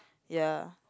ya